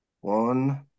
one